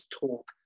talk